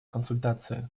консультации